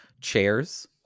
chairs